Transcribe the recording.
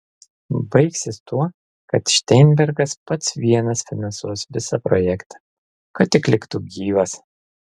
baigsis tuo kad šteinbergas pats vienas finansuos visą projektą kad tik liktų gyvas